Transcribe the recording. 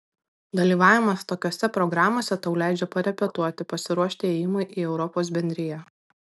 dalyvavimas tokiose programose tau leidžia parepetuoti pasiruošti ėjimui į europos bendriją